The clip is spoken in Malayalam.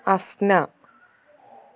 അസ്ന